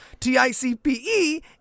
TICPE